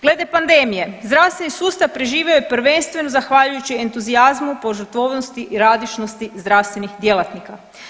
Glede pandemije, zdravstveni sustav preživio je prvenstveno zahvaljujući entuzijazmu, požrtvovnosti i radišnosti zdravstvenih djelatnika.